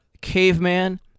Caveman